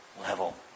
level